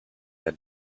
had